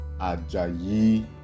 Ajayi